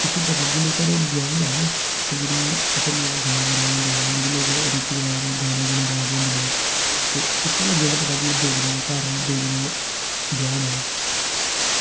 जेल्लै साढ़े ब्याह् जाओ ना ते जेह्ड़े उत्थें ब्याह् आए दे होंदे न गाने गा दे होंदे न ते उत्थुं लग्गी जंदा पता कि एह् डोगरें दे घर न डोगरें दे ब्याह् न